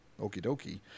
okie-dokie